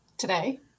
today